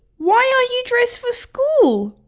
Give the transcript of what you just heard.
why aren't you dressed for school?